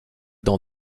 dans